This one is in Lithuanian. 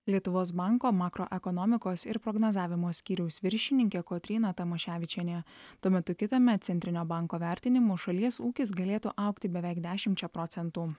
lietuvos banko makroekonomikos ir prognozavimo skyriaus viršininkė kotryna tamoševičienė tuo metu kitąmet centrinio banko vertinimu šalies ūkis galėtų augti beveik dešimčia procentų